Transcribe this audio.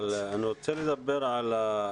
אבל אני רוצה לדבר על,